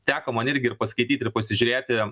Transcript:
teko man irgi ir paskaityt ir pasižiūrėti